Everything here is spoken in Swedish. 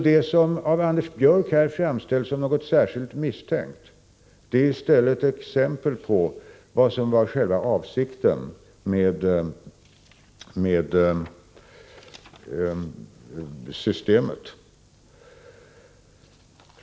Det som av Anders Björck här framställs som något särskilt misstänkt är i stället ett exempel på vad som var själva avsikten med systemet.